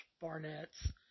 Barnett's